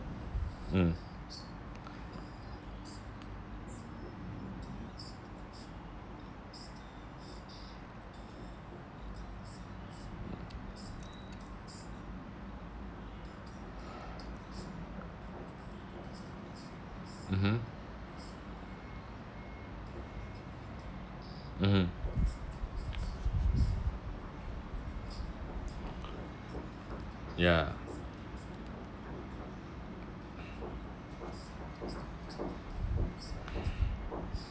mm mmhmm mmhmm ya